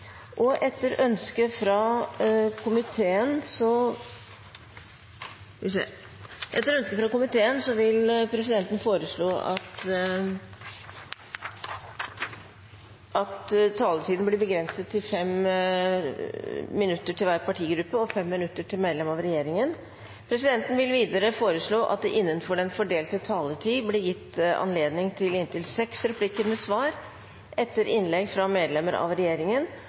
og 5 minutter til medlemmer av regjeringen. Presidenten vil videre foreslå at det – innenfor den fordelte taletid – blir gitt anledning til inntil seks replikker med svar etter innlegg fra medlemmer av regjeringen,